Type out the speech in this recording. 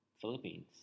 Philippines